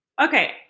Okay